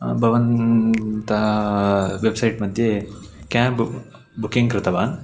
भवन्ता website मध्ये cab booking कृतवान्